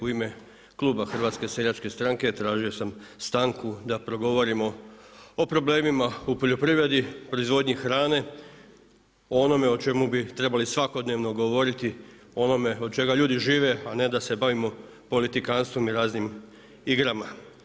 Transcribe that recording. U ime kluba Hrvatske seljačke stranke tražio sam stanku da progovorimo o problemima u poljoprivredi, proizvodnji hrane, o onome o čemu bi trebali svakodnevno govoriti, o onome od čega ljudi žive, a ne da se bavimo politikantstvom i raznim igrama.